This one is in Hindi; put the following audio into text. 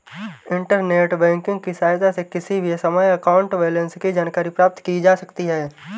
इण्टरनेंट बैंकिंग की सहायता से किसी भी समय अकाउंट बैलेंस की जानकारी प्राप्त की जा सकती है